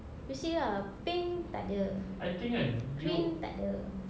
you see ah pink tak ada green tak ada